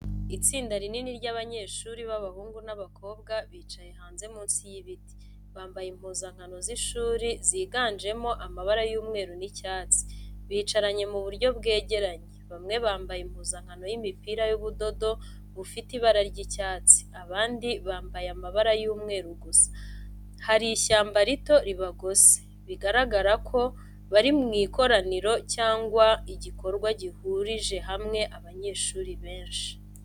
Itsinda rinini ry'abanyeshuri b'abahungu n'abakobwa bicaye hanze munsi y’ibiti, bambaye impuzankano z’ishuri ziganjemo amabara y’umweru n’icyatsi. Bicaranye mu buryo bwegeranye, bamwe bambaye impuzankano y'imipira y'ubudodo bufite ibara ry’icyatsi, abandi bambaye amabara y'umweru gusa. Hari ishyamba rito ribagose, bigaragara ko bari mu ikoraniro cyangwa igikorwa gihurije hamwe abanyeshuri benshi.